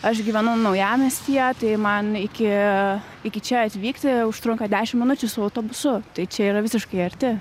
aš gyvenu naujamiestyje tai man iki iki čia atvykti užtrunka dešim minučių su autobusu tai čia yra visiškai arti